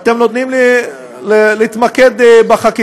אתם נותנים לי להתמקד בחקיקה?